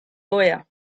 lawyer